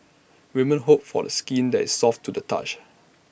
women hope for A skin that is soft to the touch